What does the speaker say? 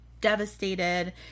devastated